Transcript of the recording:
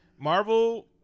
Marvel